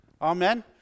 Amen